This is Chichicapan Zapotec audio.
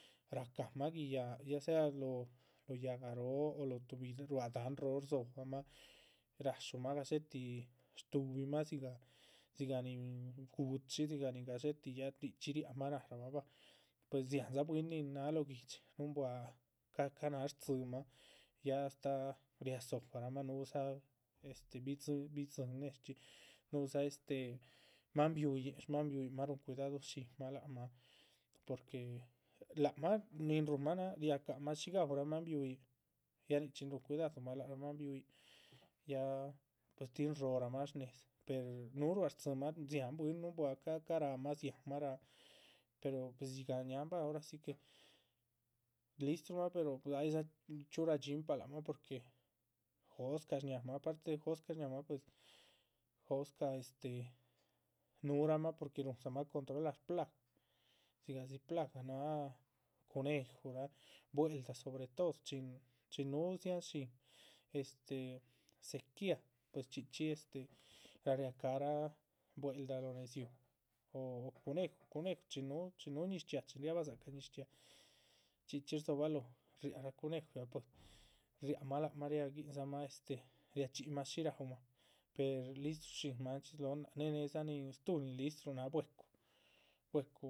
Racahama guiyaaꞌ ya sea lóho yáhga róho o lóho tuhbi ruá dahán roo rdzobahmah ra´shumah gadxétihi shtuhubimah dzigah dzigah nin gu´chi. dzigah gadxétih ya richxí riahanmah narahbah bah pues dziáhandza bwín nin náha lóh guihdxi nuhunbua, ca´ ca´náha sdzímah astáh riadzobarahmah. dzá bidziín nezchxí, núhudza este, máan biuhyin máan biuhyin, ruhun cuidadu shínmah lác mah, porque lác mah ni ruhunmah náha riacahamah shí gaurah máan biuhyin. ya nichxí ruhun cuidadumah lác rah máan biuhyin ya pues tin shróoramah shnédza eh núhu ruá stzímah dziáhan bwín nuhunbuah ca´ ca´ ráhamah dziáhanmah ráha. pero pues dzigah ñáahan ora si que listrumah pero aydza chxíu radxínpah lác mah porque jóscah shñáhamah aparte jóscah shñáhamah pues jóscah este, núhuramah porque. rúhunramah controlar plaga dzigah dzí plaga náha cunejuraa bwel´da sobre todo, chin chin núhu dziáhan shín este sequía pues chxí chxí este rariá cáha rah bwel´da. lóho nedziu o cuneju, cuneju chin núhu ñiz chxiaa chin riabah dzácah ñiz chxiaa chxí chxí rdzobaloho riác rah cuneju riác mah lac mah. riaguíhin mah este, riachxíyihmah shí raúmah per listrushín máanchxi slóhon nác néh néedza nin stuhma nin listru náha bwecu.